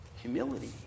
humility